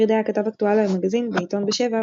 פריד היה כתב אקטואליה ומגזין בעיתון "בשבע",